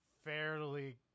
fairly